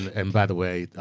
and by the way,